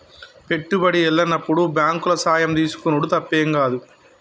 పెట్టుబడి ఎల్లనప్పుడు బాంకుల సాయం తీసుకునుడు తప్పేం గాదు